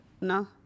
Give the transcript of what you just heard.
No